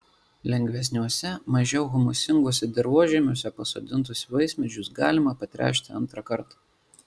lengvesniuose mažiau humusinguose dirvožemiuose pasodintus vaismedžius galima patręšti antrąkart